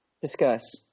Discuss